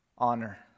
honor